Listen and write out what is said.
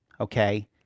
okay